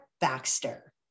Baxter